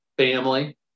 family